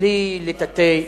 בלי לטאטא,